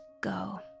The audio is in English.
go